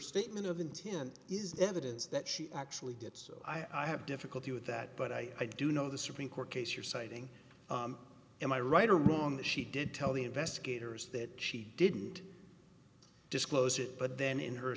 statement of intent is evidence that she actually did so i have difficulty with that but i do know the supreme court case you're citing am i right or wrong that she did tell the investigators that she didn't disclose it but then in her